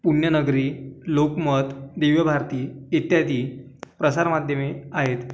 पुण्यनगरी लोकमत दिव्यभारती इत्यादी प्रसारमाध्यमे आहेत